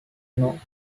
know